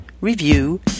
review